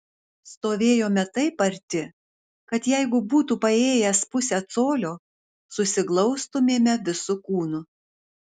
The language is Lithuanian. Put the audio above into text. stovėjome taip arti kad jeigu būtų paėjęs pusę colio susiglaustumėme visu kūnu